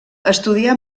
estudià